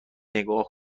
نگاه